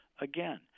again